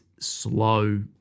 Slow